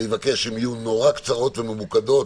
אני מבקש שהן יהיו נורא קצרות וממוקדות,